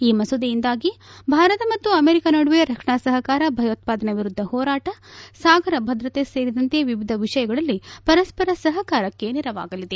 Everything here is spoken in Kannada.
ಈ ಮಸೂದೆಯಿಂದಾಗಿ ಭಾರತ ಮತ್ತು ಅಮೆರಿಕ ನಡುವೆ ರಕ್ಷಣಾ ಸಹಕಾರ ಭಯೋತ್ತಾದನೆ ವಿರುದ್ಲ ಹೋರಾಟ ಸಾಗರ ಭದ್ರತೆ ಸೇರಿದಂತೆ ವಿವಿಧ ವಿಷಯಗಳಲ್ಲಿ ಪರಸ್ತರ ಸಹಕಾರಕ್ಕೆ ನೆರವಾಗಲಿದೆ